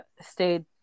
stayed